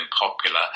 popular